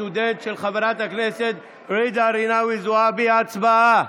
לסטודנט במוסד להשכלה גבוהה),